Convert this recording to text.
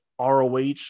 ROH